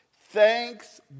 Thanks